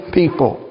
people